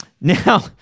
Now